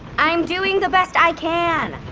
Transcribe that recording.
i'm doing the best i can!